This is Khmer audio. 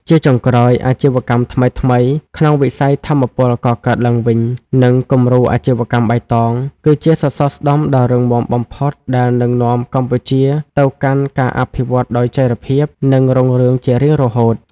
ជាចុងក្រោយ អាជីវកម្មថ្មីៗក្នុងវិស័យថាមពលកកើតឡើងវិញ និងគំរូអាជីវកម្មបៃតង គឺជាសសរស្តម្ភដ៏រឹងមាំបំផុតដែលនឹងនាំកម្ពុជាទៅកាន់ការអភិវឌ្ឍដោយចីរភាព និងរុងរឿងជារៀងរហូត។